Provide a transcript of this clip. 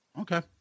Okay